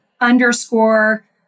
underscore